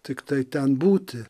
tiktai ten būti